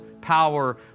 power